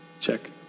Check